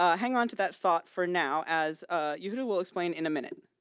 ah hang on to that thought for now as ah yehuda will explain in a minute.